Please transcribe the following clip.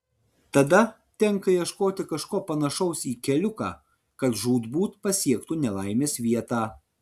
tada tenka ieškoti kažko panašaus į keliuką kad žūtbūt pasiektų nelaimės vietą